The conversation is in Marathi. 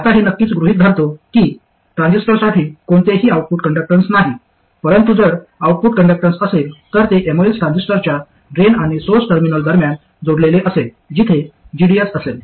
आता हे नक्कीच गृहित धरतो की ट्रान्झिस्टरसाठी कोणतेही आऊटपुट कंडक्टन्स नाही परंतु जर आउटपुट कंडक्टन्स असेल तर ते एमओएस ट्रान्झिस्टरच्या ड्रेन आणि सोर्स टर्मिनल दरम्यान जोडलेले असेल जिथे gds असेल